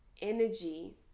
energy